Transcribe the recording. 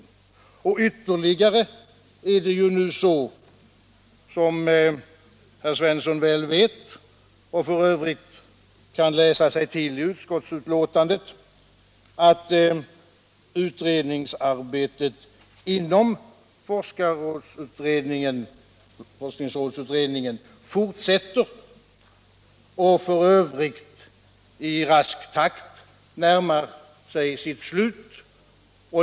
Ytterligare är det nu så, som herr Svensson väl vet och f. ö. kan läsa sig till i utskottsbetänkandet, att utredningsarbetet inom forskningsråds utredningen fortsätter och i rask takt närmar sig sitt slut.